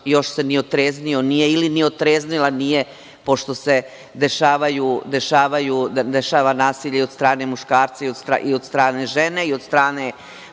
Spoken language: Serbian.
još se ni otreznio nije ili ni otreznila nije, pošto se dešava nasilje i od strane muškarca i od strane žene i od strane